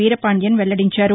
వీరపాండియన్ వెల్లడించారు